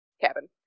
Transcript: cabin